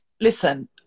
listen